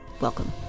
Welcome